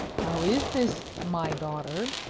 how is this, my daughter?